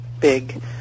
big